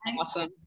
awesome